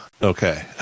okay